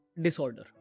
disorder